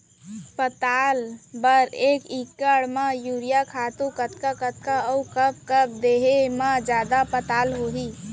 पताल बर एक एकड़ म यूरिया खातू कतका कतका अऊ कब कब देहे म जादा पताल होही?